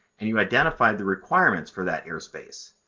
and you identified the requirements for that airspace.